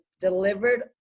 delivered